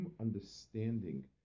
understanding